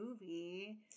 movie